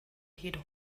jedoch